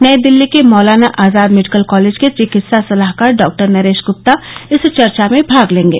नई दिल्ली के Maulana Azad medical college के चिकित्सा सलाहकार डॉक्टर नरेश गुप्ता इस चर्चा में भाग लेंगे